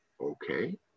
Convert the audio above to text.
okay